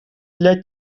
для